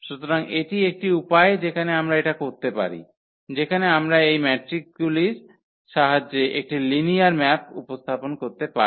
সুতরাং এটি একটি উপায় যেখানে আমরা এটা করতে পারি যেখানে আমরা এই ম্যাট্রিকগুলির সাহায্যে একটি লিনিয়ার ম্যাপ উপস্থাপন করতে পারি